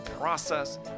process